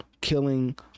killing